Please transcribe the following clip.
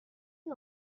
you